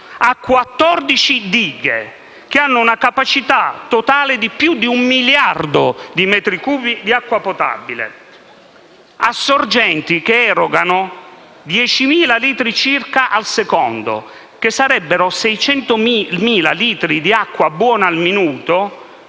Ha 14 dighe, che hanno una capacità totale di più di un miliardo di metri cubi di acqua potabile. Ha sorgenti che erogano 10.000 litri circa al secondo, che sarebbero 600.000 litri di acqua buona al minuto,